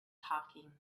talking